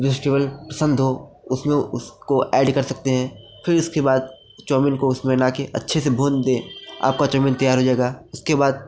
vegetable पसंद हो उसमें उसको वो ऐड कर सकते हैं फिर उसके बाद चाऊमीन को उसमें मिला के अच्छे से भून दें आपका चोमिंग तैयार हो जाएगा उसके बाद